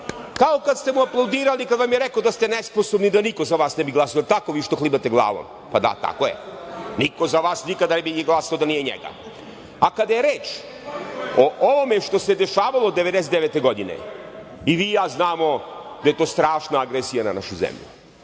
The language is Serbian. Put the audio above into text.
kao kada ste mu aplaudirali kada vam je rekao da ste nesposobni, da niko za vas ne bi glasao. Da li je tako, vi što klimate glavom? Pa, da, tako je. Niko za vas nikada ne bi glasao da nije njega. Kada je reč o ovome što se dešavalo 1999. godine, i vi i ja znamo da je to strašna agresija na našu zemlju.